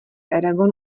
eragon